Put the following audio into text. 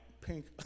pink